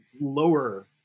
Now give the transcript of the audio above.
lower